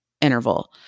interval